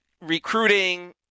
recruiting